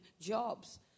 jobs